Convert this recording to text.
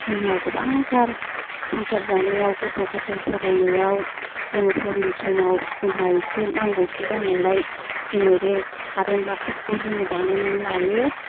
जोंहा गोबांथार संसार जानायाव गथ' गथाय' फरायनायाव जों हरनि समाव जोंहा एसे नांगौथि जानायलाय जोङो बे खारेन बाल्ब फोरखौ जोङो बानायनानै लायो